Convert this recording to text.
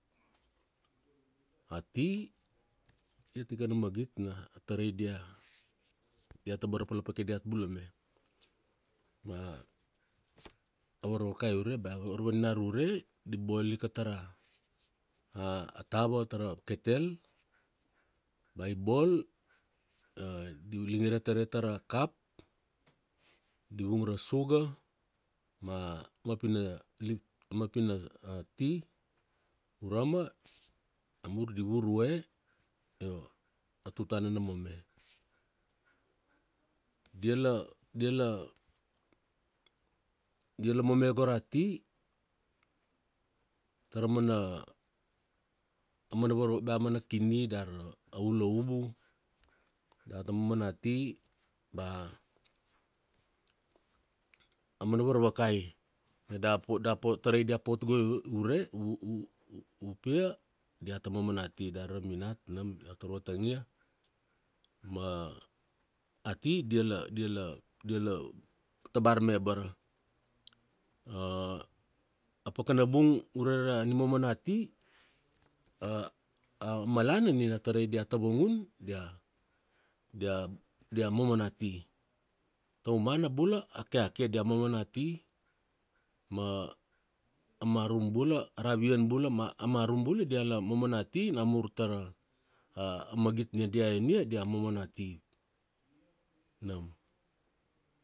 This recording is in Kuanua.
A ti, ia tikana magit na tarai dia tabar ra palapakai diat bula me. Bea a varvakai ure ba varvaninara ure, di boil ika tara a tava ketel, ba i bol, di lingire taria tara kap, di vung ra sugar mapi na ti urama namur di vurue io a tutana mome. Diala diala mome go ra ti tara mana, amana varva, bea mana kini dar aula ubu, data momo na tea, bea mana varvakai bea da pot da po, a tarai dia pot guvai ure u, upia diata momo na ti. Dari ra minat nam iau tar vatangia, ma a ti diala di la tabar me abara. A pakana bung ure ra nimomo na tea, a malana nina a tarai dia tavangun, dia, dia, dia momo na ti. Taumana bula a keake dia momo na ti, ma a marum bula, a ravian bula ma a marum bula diala momona ti namur tara magit ni dia ian ia, dia momo na ti. Nam.